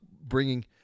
bringing